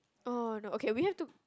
oh no okay we have to